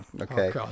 okay